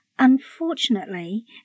Unfortunately